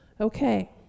Okay